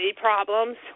problems